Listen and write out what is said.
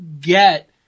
get